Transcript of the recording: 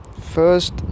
first